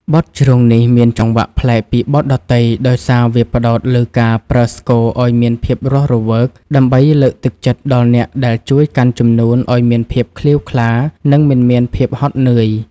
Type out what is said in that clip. បទជ្រងនេះមានចង្វាក់ប្លែកពីបទដទៃ ដោយសារវាផ្ដោតលើការប្រើស្គរឱ្យមានភាពរស់រវើក ដើម្បីលើកទឹកចិត្តដល់អ្នកដែលជួយកាន់ជំនូនឱ្យមានភាពក្លៀវក្លា និងមិនមានភាពហត់នឿយ។